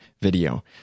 video